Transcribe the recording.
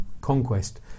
conquest